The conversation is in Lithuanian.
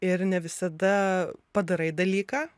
ir ne visada padarai dalyką